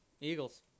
Eagles